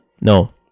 No